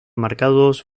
marcados